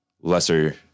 lesser